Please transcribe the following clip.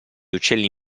uccelli